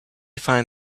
find